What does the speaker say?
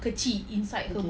okay